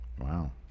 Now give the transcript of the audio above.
Wow